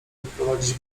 odprowadzić